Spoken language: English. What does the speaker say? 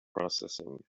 processing